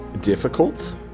difficult